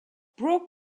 broke